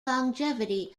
longevity